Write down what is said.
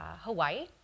Hawaii